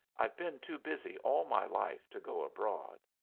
i've been too busy all my life to go abroad.